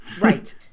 Right